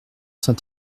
saint